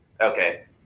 okay